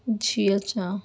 جی اچھا